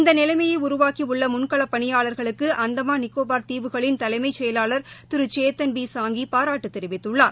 இந்த நிலைமையை உருவாக்கி உள்ள முன்களப் பணியாளர்களுக்கு அந்தமான் நிகோபார் தீவுகளின் தலைமைச் செயலாளர் திரு சேத்தன் பி சாங்கி பாராட்டு தெரிவித்துள்ளார்